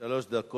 לזכותך שלוש דקות.